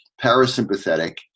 parasympathetic